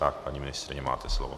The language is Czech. Tak, paní ministryně, máte slovo.